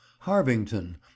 harvington